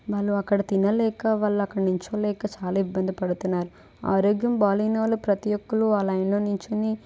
వాళ్ళు అక్కడ తినలేక వాళ్ళు అక్కడ నిలుచోలేక చాలా ఇబ్బంది పడుతున్నారు ఆరోగ్యం బాగాలేని వాళ్ళు ప్రతి ఒక్కరు ఆ లైన్లో నిలుచోని